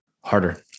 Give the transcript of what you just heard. harder